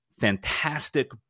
Fantastic